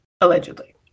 allegedly